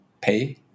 pay